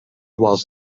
was